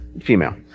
Female